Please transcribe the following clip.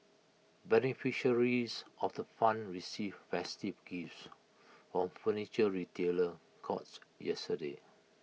beneficiaries of the fund received festive gifts of Furniture Retailer courts yesterday